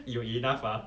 you enough ah